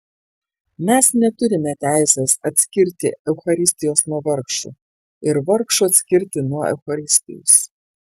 mes neturime teisės atskirti eucharistijos nuo vargšų ir vargšų atskirti nuo eucharistijos